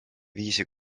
viisi